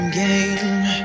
game